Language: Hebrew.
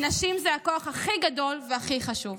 נשים זה הכוח הכי גדול והכי חשוב.